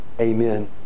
Amen